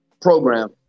program